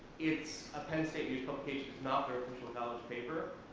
it's a penn state news publication, it's not their paper.